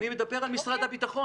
אני מדבר על משרד הביטחון.